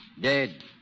Dead